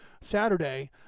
Saturday